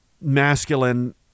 masculine